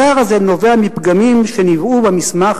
הצער הזה נובע מפגמים שנִ בעו במסמך